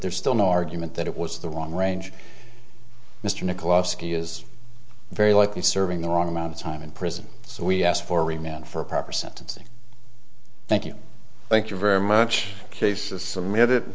there's still no argument that it was the long range mr nichols is very likely serving the wrong amount of time in prison so we asked for remained for a proper sentencing thank you thank you very much cases submitted